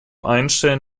einstellen